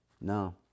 No